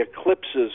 eclipses